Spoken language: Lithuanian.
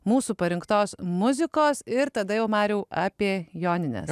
mūsų parinktos muzikos ir tada jau mariau apie jonines